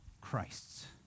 Christs